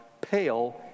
pale